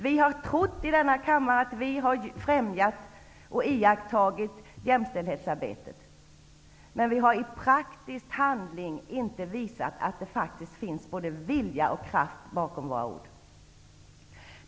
Vi i denna kammare har trott att vi har främjat och iakttagit jämställdshetsarbetet, men vi har i praktisk handling inte visat att det faktiskt finns både vilja och kraft bakom våra ord.